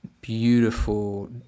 beautiful